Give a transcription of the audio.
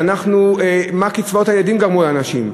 מה קצבאות הילדים גרמו לאנשים?